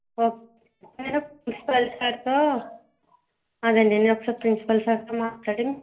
okay principal సార్తో కాదండీ నేను ఒకసారి ప్రిన్సిపాల్ సార్తో మాట్లాడి